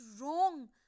wrong